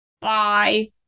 Bye